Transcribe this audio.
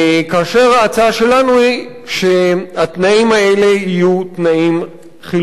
ההצעה שלנו היא שהתנאים האלה יהיו תנאים חלופיים.